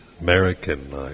American